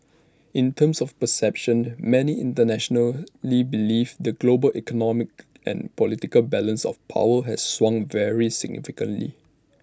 in terms of perceptions many internationally believe the global economic and political balance of power has swung very significantly